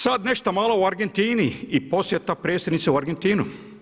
Sada nešto malo u Argentini i posjeta predsjednice u Argentinu.